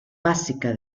básica